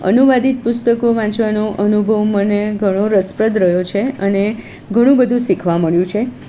અનુવાદિત પુસ્તકો વાંચવાનો અનુભવ મને ઘણો રસપ્રદ રહ્યો છે અને ઘણું બધું શીખવાં મળ્યું છે